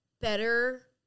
better